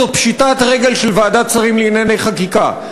זו פשיטת רגל של ועדת שרים לענייני חקיקה,